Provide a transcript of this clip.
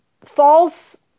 false